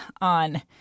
on